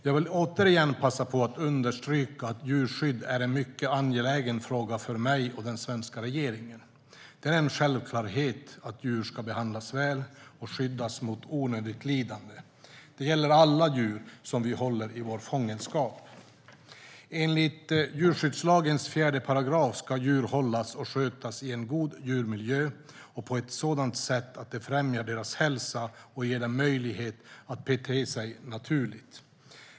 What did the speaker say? Jag vill återigen passa på att understryka att djurskydd är en mycket angelägen fråga för mig och den svenska regeringen. Det är en självklarhet att djur ska behandlas väl och skyddas mot onödigt lidande. Det gäller alla djur som vi håller i vår fångenskap. Enligt djurskyddslagens 4 § ska djur hållas och skötas i en god djurmiljö och på ett sådant sätt att det främjar deras hälsa och ger dem möjlighet att bete sig naturligt.